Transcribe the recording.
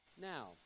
now